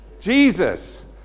Jesus